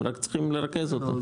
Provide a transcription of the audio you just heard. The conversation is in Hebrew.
הם רק צריכים לרכז אותו.